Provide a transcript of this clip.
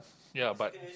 ya but